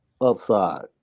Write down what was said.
upside